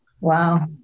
Wow